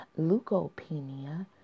Leukopenia